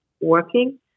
working